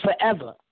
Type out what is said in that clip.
forever